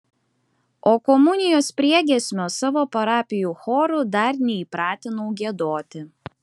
o komunijos priegiesmio savo parapijų chorų dar neįpratinau giedoti